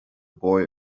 boy